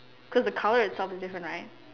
cause the colour itself is different right